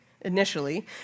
initially